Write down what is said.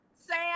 Sam